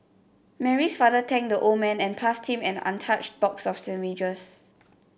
Mary's father thanked the old man and passed him an untouched box of sandwiches